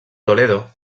toledo